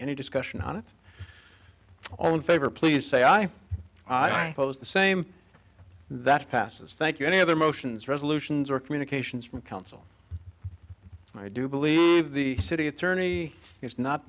any discussion on it all in favor please say i post the same that passes thank you any other motions resolutions or communications from counsel i do believe the city attorney is not